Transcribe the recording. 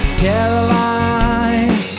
caroline